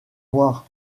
noires